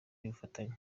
y’ubufatanye